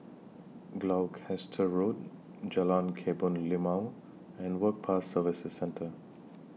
Gloucester Road Jalan Kebun Limau and Work Pass Services Centre